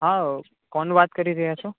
હા કોણ વાત કરી રહ્યા છો